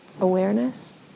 awareness